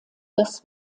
das